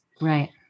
right